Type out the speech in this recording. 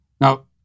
Now